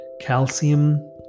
calcium